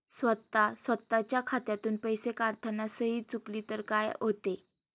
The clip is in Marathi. स्वतः स्वतःच्या खात्यातून पैसे काढताना सही चुकली तर काय होते?